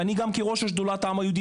ואני גם כראש שדולת העם היהודי,